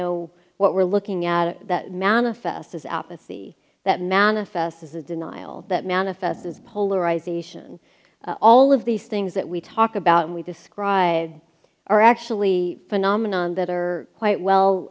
know what we're looking at that manifest as apathy that manifests as a denial that manifests this polarization all of these things that we talk about and we describe are actually phenomenon that are quite well